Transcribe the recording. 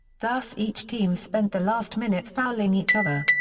thus each team spent the last minutes fouling each other.